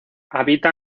habita